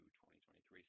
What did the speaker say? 2023